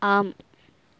ஆம்